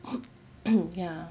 ya